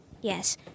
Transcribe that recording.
Yes